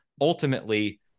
ultimately